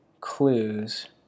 clues